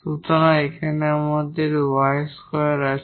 সুতরাং এখানে আমাদের 𝑦 2 আছে